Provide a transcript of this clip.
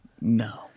No